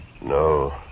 no